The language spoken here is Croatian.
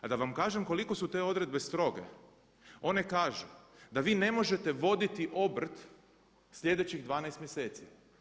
A da vam kažem koliko su te odredbe stroge, one kažu da vi ne možete voditi obrt sljedećih 12 mjeseci.